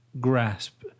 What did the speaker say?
grasp